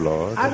Lord